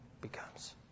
becomes